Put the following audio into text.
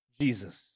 Jesus